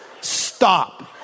stop